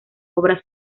obras